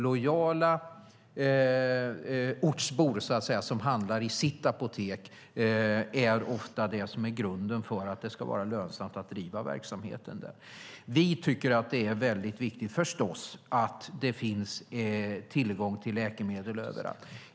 Lojala ortsbor som handlar i sitt apotek är ofta det som är grunden för att det ska vara lönsamt att driva verksamheten. Vi tycker förstås att det är viktigt att det finns tillgång till läkemedel överallt.